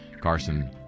Carson